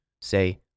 say